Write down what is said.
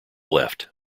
left